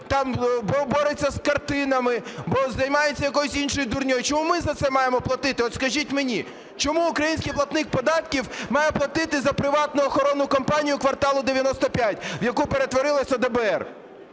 бореться з картинами, займається якоюсь іншою дурнею. Чому ми за це маємо платити от скажіть мені? Чому український платник податків має платити за приватну охоронну компанії "Кварталу 95", в яку перетворилося ДБР?